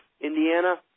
Indiana